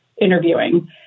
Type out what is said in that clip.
interviewing